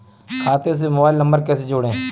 खाते से mobile number कैसे जोड़ें?